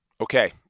Okay